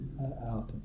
out